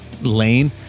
Lane